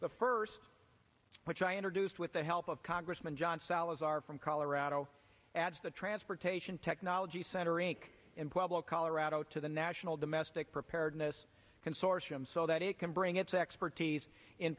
the first which i introduced with the help of congressman john salazar from colorado adds the transportation technology center inc in pueblo colorado to the national domestic preparedness consortium so that it can bring its expertise in